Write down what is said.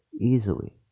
easily